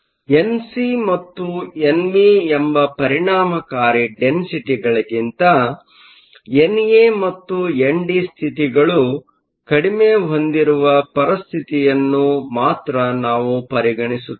NC ಮತ್ತು NV ಎಂಬ ಪರಿಣಾಮಕಾರಿ ಡೆನ್ಸಿಟಿಗಳಿಗಿಂತ ಎನ್ಎ ಮತ್ತು ಎನ್ಡಿ ಸ್ಥಿತಿಗಳು ಕಡಿಮೆ ಹೊಂದಿರುವ ಪರಿಸ್ಥಿತಿಯನ್ನು ಮಾತ್ರ ನಾವು ಪರಿಗಣಿಸುತ್ತೇವೆ